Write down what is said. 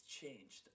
changed